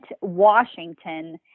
Washington